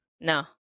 No